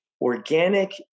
Organic